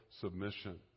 submission